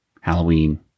Halloween